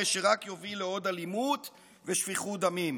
הרי שרק יוביל לעוד אלימות ושפיכות דמים.